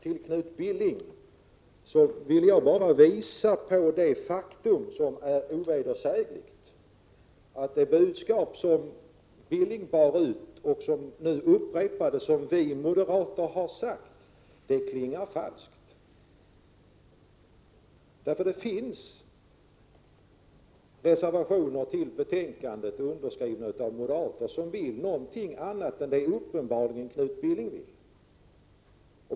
För Knut Billing vill jag bara visa på det faktum som är ovedersägligt, nämligen att det moderata budskap som han bar ut och som nu upprepades klingar falskt. Det finns reservationer till utskottsbetänkandet, underskrivna av moderater som uppenbarligen vill någonting annat än Knut Billing.